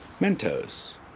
Mentos